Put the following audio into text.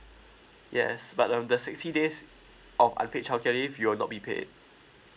yes but um the sixty days of unpaid childcare leave you will not be paid